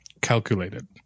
calculated